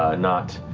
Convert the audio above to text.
ah nott.